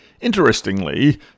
Interestingly